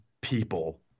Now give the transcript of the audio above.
people